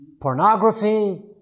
pornography